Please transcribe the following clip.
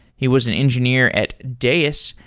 he was an engineer at deis,